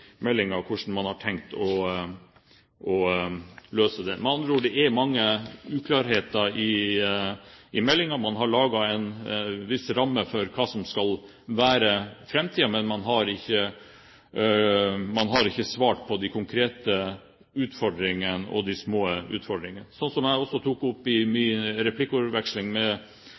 hvordan man har tenkt å løse. Med andre ord er det mange uklarheter i meldingen. Man har laget en viss ramme for hva som skal være framtiden, men man har ikke svart på de konkrete utfordringene og de små utfordringene, sånn som jeg også tok opp i min replikkordveksling